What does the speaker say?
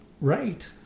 Right